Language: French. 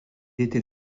était